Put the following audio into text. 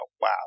wow